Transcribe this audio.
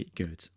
good